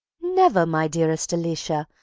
never, my dearest alicia,